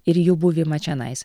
ir jų buvimą čionais